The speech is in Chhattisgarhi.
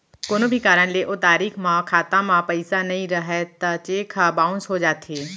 कोनो भी कारन ले ओ तारीख म खाता म पइसा नइ रहय त चेक ह बाउंस हो जाथे